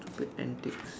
stupid antics